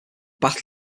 battle